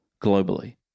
globally